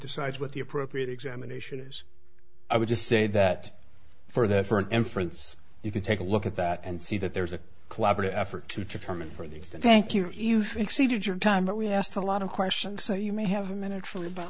decides what the appropriate examination is i would just say that for that for an inference you can take a look at that and see that there's a collaborative effort to terminate for things that thank you you've exceeded your time but we asked a lot of questions so you may have a minute for about